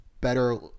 better